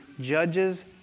judges